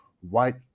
white